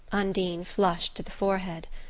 undine flushed to the forehead.